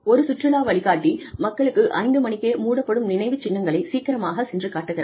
ஒரு சுற்றுலா வழிகாட்டி மக்களுக்கு 5 மணிக்கே மூடப் படும் நினைவுச்சின்னங்களை சீக்கிரமாகச் சென்று காட்டுகிறார்